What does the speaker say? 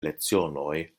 lecionoj